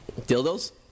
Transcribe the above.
Dildos